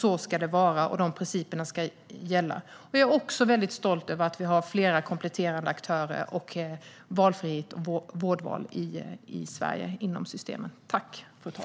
Så ska det vara, och de principerna ska gälla. Jag är också väldigt stolt över att vi har flera, kompletterande aktörer och fritt vårdval inom systemen i Sverige.